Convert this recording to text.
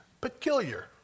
peculiar